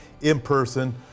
in-person